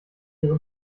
ihre